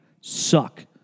suck